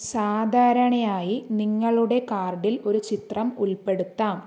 സാധാരണയായി നിങ്ങളുടെ കാർഡിൽ ഒരു ചിത്രം ഉൾപ്പെടുത്താം